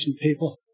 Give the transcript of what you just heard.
people